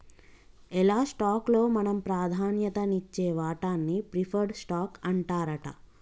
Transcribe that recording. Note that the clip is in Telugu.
ఎలా స్టాక్ లో మనం ప్రాధాన్యత నిచ్చే వాటాన్ని ప్రిఫర్డ్ స్టాక్ అంటారట